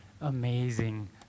amazing